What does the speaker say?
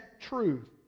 truth